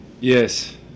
Yes